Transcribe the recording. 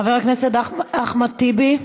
חבר הכנסת אחמד טיבי,